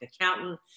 accountant